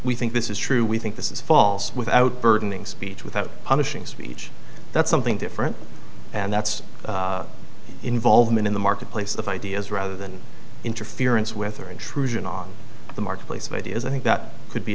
we think this is true we think this is false without burdening speech without punishing speech that's something different and that's involvement in the marketplace of ideas rather than interference with or intrusion on the marketplace of ideas i think that could be